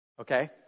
Okay